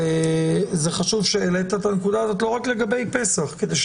זה חשוב שהעלית את הנקודה הזאת לא רק לגבי פסח אלא